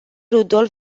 rudolf